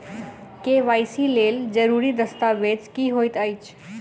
KYC लेल जरूरी दस्तावेज की होइत अछि?